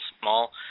small